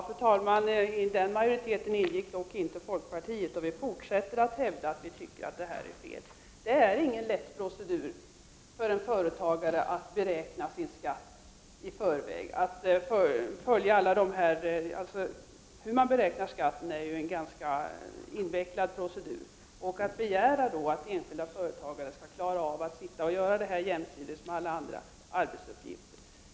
Fru talman! I den majoriteten ingick dock inte vi folkpartister, och vi fortsätter att hävda att vi tycker att reglerna är felaktiga. Det är inte lätt för en företagare att i förväg beräkna storleken av sin skatt. Det är en ganska invecklad procedur. Det är mycket begärt att enskilda företagare skall tvingas göra detta jämsides med alla sina andra arbetsuppgifter.